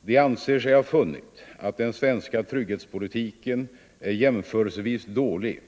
De anser sig ha funnit att den svenska trygghetspolitiken är jämförelsevis dålig.